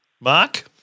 Mark